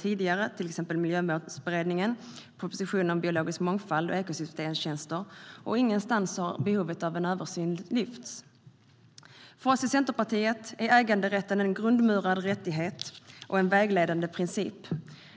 tidigare, till exempel i Miljömålsberedningen inför propositionen om biologisk mångfald och ekosystemtjänster. Inte någonstans har behovet av en översyn lyfts fram. För oss i Centerpartiet är äganderätten en grundmurad rättighet och en vägledande princip.